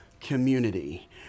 community